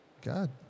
God